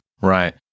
Right